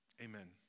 Amen